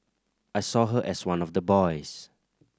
I saw her as one of the boys